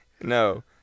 No